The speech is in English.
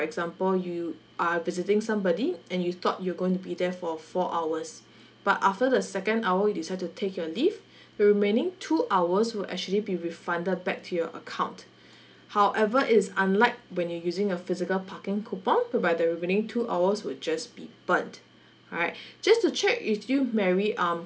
example you are visiting somebody and you thought you gonna be there for four hours but after the second hour you decide to take your leave the remaining two hours will actually be refunded back to your account however it's unlike when you using a physical parking coupon whereby the remaining two hours will just be burnt alright just to check if you mary um